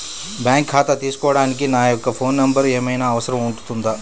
Bank ఖాతా తీసుకోవడానికి నా యొక్క ఫోన్ నెంబర్ ఏమైనా అవసరం అవుతుందా?